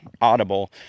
audible